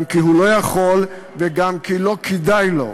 גם כי הוא לא יכול וגם כי לא כדאי לו.